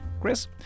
Chris